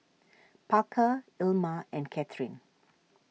Parker Ilma and Kathrine